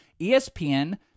ESPN